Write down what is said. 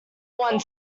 one